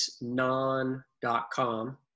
non.com